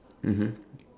mmhmm